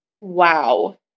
wow